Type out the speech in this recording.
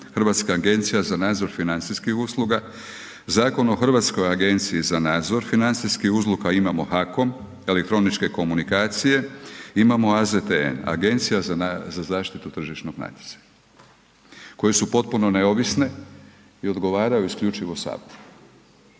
Hrvatska agencija za nadzor financijskih usluga, Zakon o Hrvatskoj agenciji za nadzor financijska usluga, imamo HAKOM, elektroničke komunikacije, imamo AZTN, Agencija za zaštitu tržišnog natjecanja koje su potpuno neovisne i odgovaraju isključivo Saboru